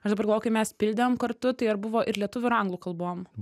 aš dabar galvoju kai mes pildėm kartu tai ar buvo ir lietuvių ir anglų kalbom